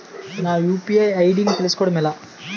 నా UPI ID ని తెలుసుకోవడం ఎలా?